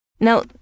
Now